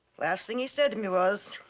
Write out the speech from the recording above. last thing he said to me was,